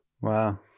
Wow